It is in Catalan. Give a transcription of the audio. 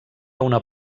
una